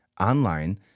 online